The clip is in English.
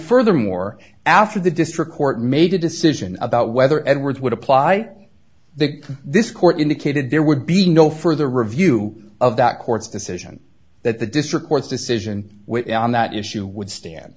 furthermore after the district court made a decision about whether edwards would apply the this court indicated there would be no further review of that court's decision that the district court's decision on that issue would stand